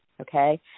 okay